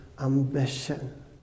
ambition